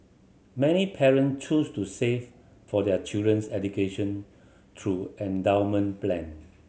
many parent choose to save for their children's education through endowment plan